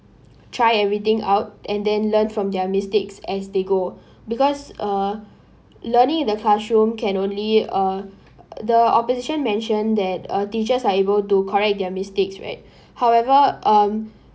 try everything out and then learn from their mistakes as they go because uh learning in the classroom can only uh the opposition mentioned that uh teachers are able to correct their mistakes right however um